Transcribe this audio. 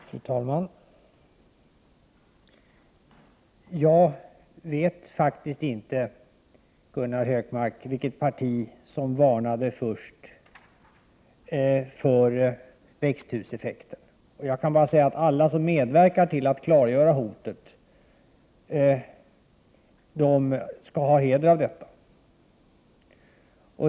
Fru talman! Jag vet faktiskt inte, Gunnar Hökmark, vilket parti som varnade först för växthuseffekten. Alla som medverkade till att klargöra hotet skall ha heder av det.